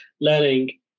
learning